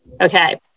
Okay